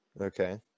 Okay